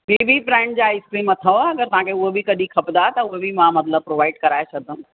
ॿीं बि बैंड जा आइसक्रीम अथव अगरि तव्हांखे उहे बि कॾहिं खपंदा त मतलबु मां उहे बि प्रोवाइड कराए छॾंदमि